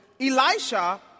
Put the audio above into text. Elisha